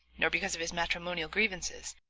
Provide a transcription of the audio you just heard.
nor because of his matrimonial grievances,